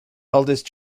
eldest